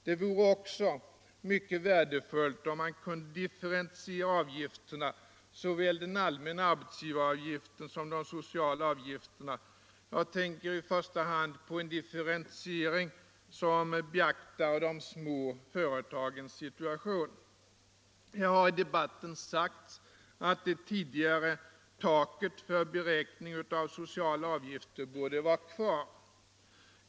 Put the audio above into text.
Det vore också mycket värdefullt om man kunde differentiera avgifterna, såväl den allmänna arbetsgivaravgiften som de sociala avgifterna. Jag tänker i första hand på en differentiering som beaktar de små företagens situation. I debatten har sagts att det tidigare taket för beräkning av sociala avgifter borde vara kvar.